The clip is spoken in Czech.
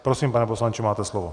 Prosím, pane poslanče, máte slovo.